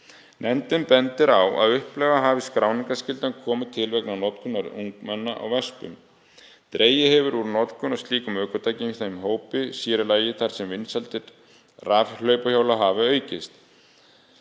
Nefndin bendir á að upphaflega hafi skráningarskyldan komið til vegna notkunar ungmenna á vespum. Dregið hefur úr notkun á slíkum ökutækjum hjá þeim hópi, sér í lagi þar sem vinsældir rafhlaupahjóla hafa aukist.